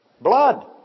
Blood